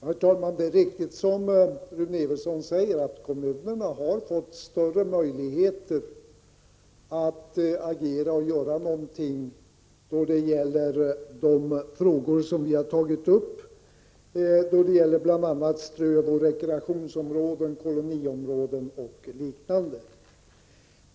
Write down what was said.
Herr talman! Det är riktigt som Rune Evensson säger att kommunerna har fått större möjligheter att agera i de frågor som vi har tagit upp, t.ex. när det gäller strövoch rekreationsområden, koloniområden och liknande.